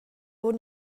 buca